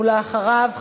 ואחריו,